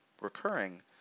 recurring